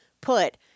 put